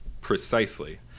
precisely